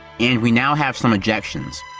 and we now have some ejections.